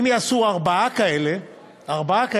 אם יעשו ארבעה כאלה ביום